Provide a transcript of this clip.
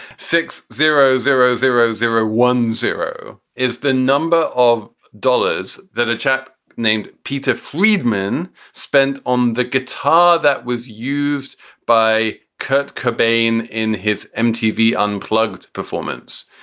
six zero zero zero zero one zero is the number of dollars that a chap named peter friedman spent on the guitar that was used by kurt cobain in his mtv unplugged performance,